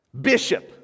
bishop